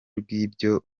rw’ibyo